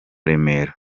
remera